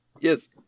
Yes